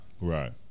Right